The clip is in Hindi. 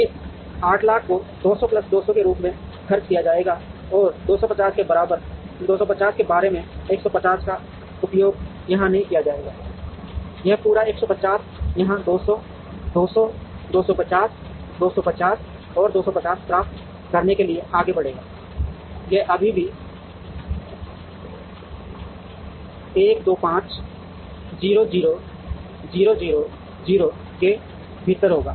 इस 800000 को 200 प्लस 200 के रूप में खर्च किया जाएगा और 250 के बारे में 150 का उपयोग यहां नहीं किया जाएगा यह पूरा 150 यहां 200 200 250 250 और 250 प्राप्त करने के लिए आगे बढ़ेगा यह अभी भी 1 2 5 0 0 0 0 0 के भीतर होगा